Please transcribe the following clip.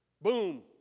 boom